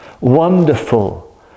wonderful